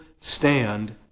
stand